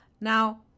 Now